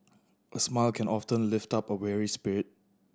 a smile can often lift up a weary spirit